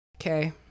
Okay